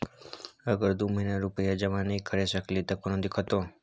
अगर दू महीना रुपिया जमा नय करे सकलियै त कोनो दिक्कतों?